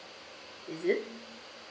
is it